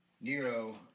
Nero